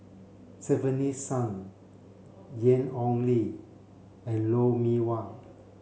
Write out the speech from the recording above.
Stefanie Sun Ian Ong Li and Lou Mee Wah